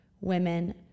women